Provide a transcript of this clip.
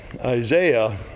Isaiah